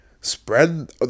spread